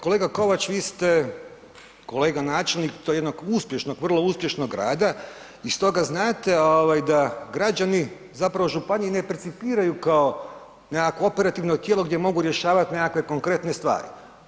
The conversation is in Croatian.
Kolega Kovač, vi ste kolega načelnik i to jednog uspješnog, vrlo uspješnog grada i stoga znate da građani, zapravo županije ne percipiraju kao nekakve operativno tijelo, gdje mogu rješavati nekakve konkretne stvari.